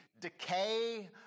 decay